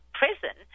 prison